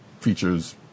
features